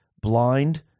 blind